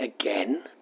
again